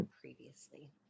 previously